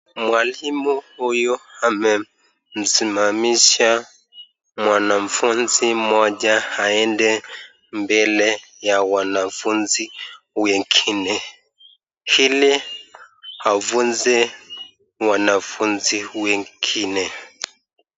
Mwalimu huyu amemsimamisha mwanafunzi moja aende mbele ya wanafunzi wengine hili hafunze wanafunzi wengine.